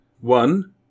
one